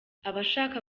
abashaka